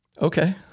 okay